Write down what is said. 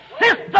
system